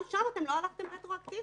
גם שם לא הלכתם רטרואקטיבית.